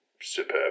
superb